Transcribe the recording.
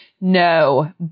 No